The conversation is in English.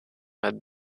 had